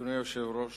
אדוני היושב-ראש,